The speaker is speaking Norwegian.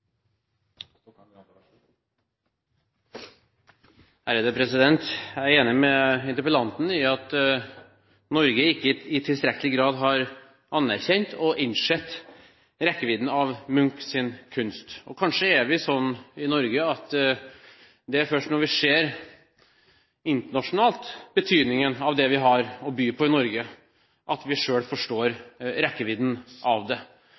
denne debatten. Jeg er enig med interpellanten i at Norge ikke i tilstrekkelig grad har anerkjent og innsett rekkevidden av Munchs kunst. Og kanskje er vi sånn i Norge at det først er når vi ser den internasjonale betydningen av det vi har å by på i Norge, at vi forstår rekkevidden av det.